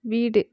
வீடு